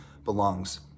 belongs